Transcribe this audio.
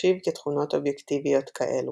החשיב כתכונות אובייקטיביות כאלו.